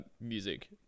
music